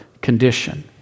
condition